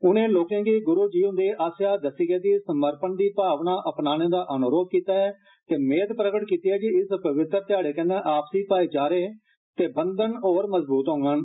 उन्ने लोकें गी ग्रु जी हन्दे आसेया दस्सी गेदी समर्पण दी भावना अपनाने दा अनुरोध कीता ते मेद प्रकट कीती जे इस पवित्र ध्याड़े कन्नै आपसी भाईचारे दे बंधन होर मजबूत होगंन